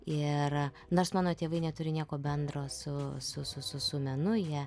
ir nors mano tėvai neturi nieko bendro su su su su su menu jie